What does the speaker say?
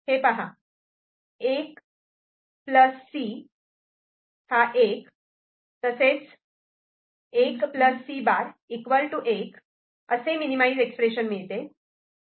हे पहा 1 C 1 तसेच 1 C' 1 असे मिनिमाईज एक्स्प्रेशन मिळते